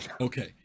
Okay